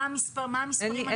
מה המספרים?